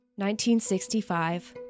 1965